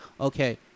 okay